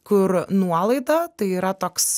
kur nuolaida tai yra toks